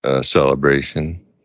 Celebration